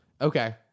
Okay